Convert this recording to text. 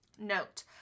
Note